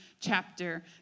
chapter